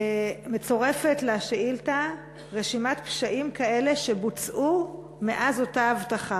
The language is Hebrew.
מצורפת לשאילתה רשימת פשעים כאלה שבוצעו מאז אותה הבטחה.